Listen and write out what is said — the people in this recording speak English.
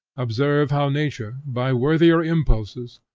observe how nature, by worthier impulses,